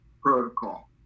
protocol